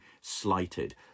slighted